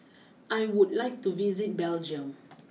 I would like to visit Belgium